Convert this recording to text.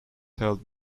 held